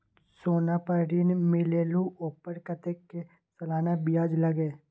सोना पर ऋण मिलेलु ओपर कतेक के सालाना ब्याज लगे?